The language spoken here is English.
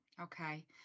Okay